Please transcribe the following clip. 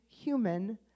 human